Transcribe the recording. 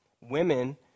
Women